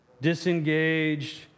disengaged